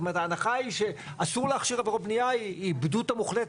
זאת אומרת ההנחה היא שאסור להכשיר עבירות בניה היא בדותה מוחלטת.